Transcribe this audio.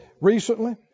recently